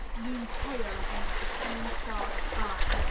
loomed pale against a keen-starred sky.